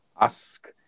ask